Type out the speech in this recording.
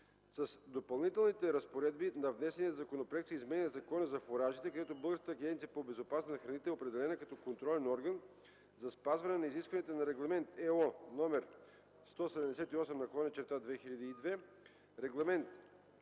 С Допълнителните разпоредби на внесения законопроект се изменя Закона за фуражите, където Българската агенция по безопасност на храните е определена като контролен орган за спазване изискванията на Регламент (ЕО) № 178/2002; Регламент